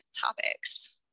topics